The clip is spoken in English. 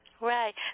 Right